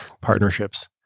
partnerships